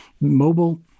Mobile